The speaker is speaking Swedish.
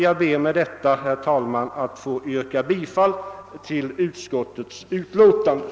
Jag ber därför, herr talman, att få yrka bifall till utskottets hemställan.